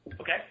okay